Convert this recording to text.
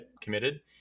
Committed